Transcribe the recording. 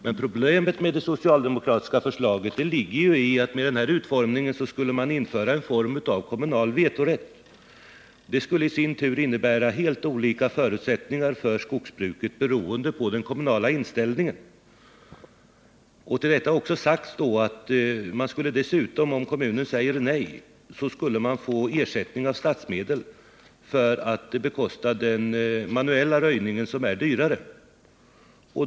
Men problemet med den utformning som det socialdemokratiska förslaget har är att man inför en form av kommunal vetorätt. Det skulle i sin tur innebära att det blev helt olika förutsättningar för skogsbruket i olika delar av landet, beroende på vilken inställning man har i kommunen. Till detta kommer att om kommunen säger nej, så skulle det utgå ersättning av statsmedel för att bekosta den manuella röjningen, som är dyrare.